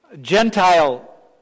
Gentile